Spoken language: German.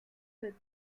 fit